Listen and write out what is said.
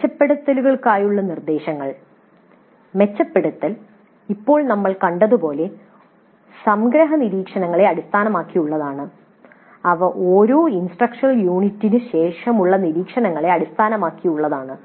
മെച്ചപ്പെടുത്തലുകൾക്കായുള്ള നിർദ്ദേശങ്ങൾ മെച്ചപ്പെടുത്തൽ ഇപ്പോൾ നമ്മൾ കണ്ടതുപോലെ സംഗ്രഹ നിരീക്ഷണങ്ങളെ അടിസ്ഥാനമാക്കിയുള്ളതാണ് അവ ഓരോ ഇൻസ്ട്രക്ഷണൽ യൂണിറ്റിനുശേഷമുള്ള നിരീക്ഷണങ്ങളെ അടിസ്ഥാനമാക്കിയുള്ളതാണ്